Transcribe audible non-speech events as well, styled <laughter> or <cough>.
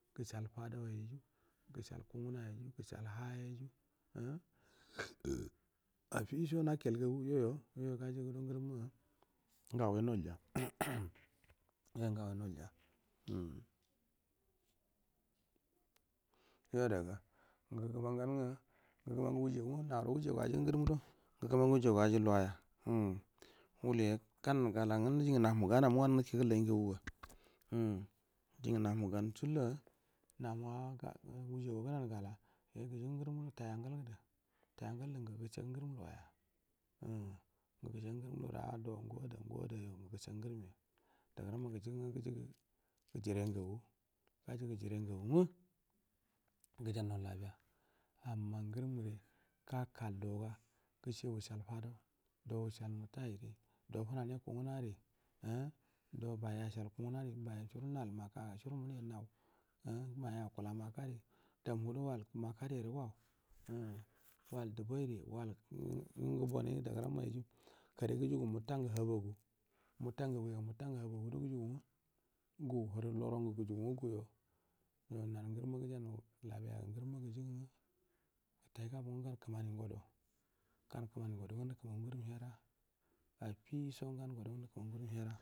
Gəsal fadau geyu gəsal kungənayeya gəsal hayeyu <noise> afiso nakdga gu yoyo ngagoi nolja yoadaga ngə gəman <noise> gan ngə lugu aju ngərəm agə gə mangə weyaga aji luwaya ən uliya gananə gal ngə dingə namah gan sula namuh wiya gua gənənə gala tai angal gədə ngə gəsagə ngərəm loya ngə gəjə ngərəm do adau ngə ada ngə ada ngə gə sagə ngərəmya dagə ramma gəjə ngəa gəjə jire ngagu gəjannau labiya gase do usal motaiyu dofə nanai kungənagirə ə doba asal kumgəna surə nal maga surə murə muri nau dau muh gədo wal makari gəre wau wal dubairi ngə gəbonai dagəram yeyu karo gəgu mata hahagu ngə gu hərəlorongə gugo yonayu ngərəmma gəjannau labiyaga gankə mani ngodo ngə nəkəmagu ngərə hera afiso gan kəmani ngodo ngə nəkəmagu ngərəm hera.